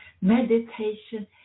Meditation